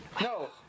No